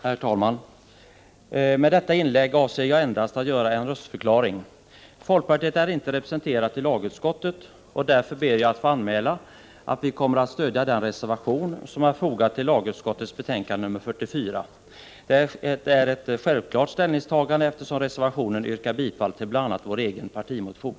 Herr talman! Med detta inlägg avser jag endast att göra en röstförklaring. Folkpartiet är inte representerat i lagutskottet. Därför ber jag att få anmäla att vi kommer att stödja den reservation som har fogats till lagutskottets betänkande nr 44. Det är ett självklart ställningstagande — i reservationen tillstyrks bl.a. vår egen partimotion.